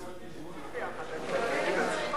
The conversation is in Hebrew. הנה,